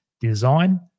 design